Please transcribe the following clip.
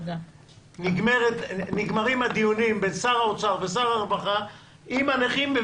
נגמרים הדיונים בין שר האוצר ושר הרווחה עם הנכים,